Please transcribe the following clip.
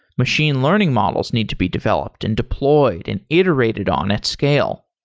machine learning models need to be developed and deployed and iterated on at scale.